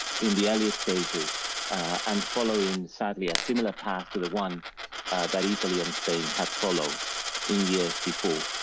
in the earliest stages and following sadly a similar path to the one that italy and spain had followed in years before.